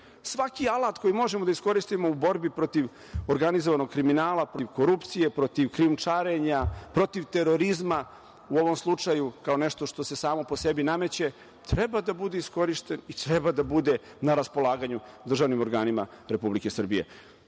nama. Svaki alat koji možemo da iskoristimo u borbi protiv organizovanog kriminala, protiv korupcije, protiv krijumčarenja, protiv terorizma, u ovom slučaju, kao nešto što se samo po sebi nameće, treba da bude iskorišćen i treba da bude na raspolaganju državnim organima Republike Srbije. Dame